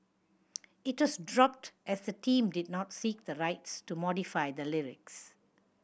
it was dropped as the team did not seek the rights to modify the lyrics